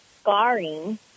scarring